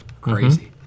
Crazy